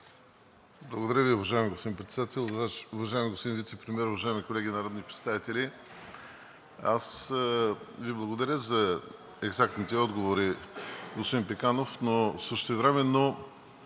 Благодаря Ви, уважаеми господин Председател. Уважаеми господин Вицепремиер, уважаеми колеги народни представители! Аз Ви благодаря за екзактните отговори, господин Пеканов, но същевременно